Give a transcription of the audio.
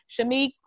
Shamik